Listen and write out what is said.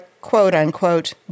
quote-unquote